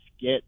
get